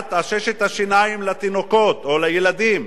בעיית עששת השיניים אצל תינוקות או ילדים,